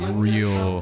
real